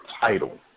title